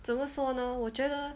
怎么说呢我觉得